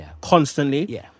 constantly